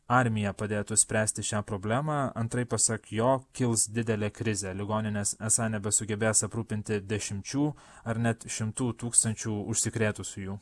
armija padėtų spręsti šią problemą antraip pasak jo kils didelė krizė ligonines esą nebesugebės aprūpinti dešimčių ar net šimtų tūkstančių užsikrėtusiųjų